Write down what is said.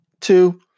Two